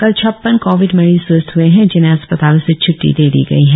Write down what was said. कल छप्पन कोविड मरीज स्वस्थ हए है जिन्हें अस्पतालों से छ्ट्टी दे दी गई है